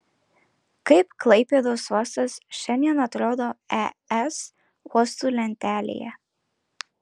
kaip klaipėdos uostas šiandien atrodo es uostų lentelėje